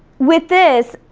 with this,